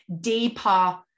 deeper